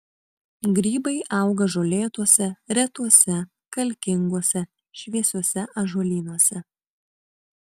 grybai auga žolėtuose retuose kalkinguose šviesiuose ąžuolynuose